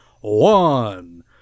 One